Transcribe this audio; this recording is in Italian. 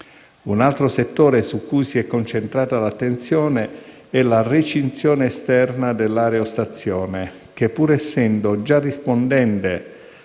Un altro settore su cui si è concentrata l'attenzione è la recinzione esterna dell'aerostazione, che, pur essendo già rispondente